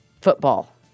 football